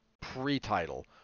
pre-title